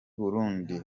burundi